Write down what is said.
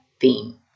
theme